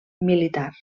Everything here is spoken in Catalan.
militar